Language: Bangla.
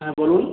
হ্যাঁ বলুন